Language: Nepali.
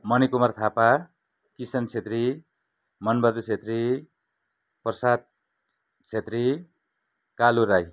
मणिकुमार थापा किशन छेत्री मनबहादुर छेत्री प्रसाद छेत्री कालु राई